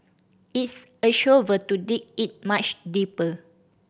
it's a shovel to dig it much deeper